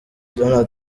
donald